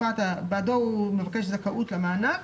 בעדו הוא מבקש זכאות למענק